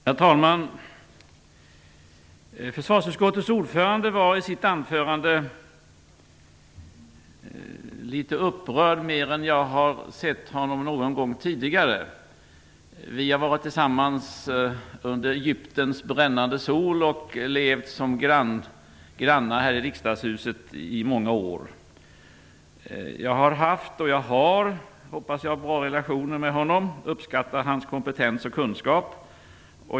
Herr talman! Försvarsutskottets ordförande var i sitt anförande litet upprörd - mer än jag någonsin tidigare har sett honom vara. Vi har varit tillsammans i Egypten under brännande sol och levt som grannar här i riksdagshuset under många år. Jag har haft och har - hoppas jag - bra relationer till honom. Jag uppskattar hans kompetens och kunskap.